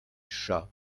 chats